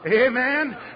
Amen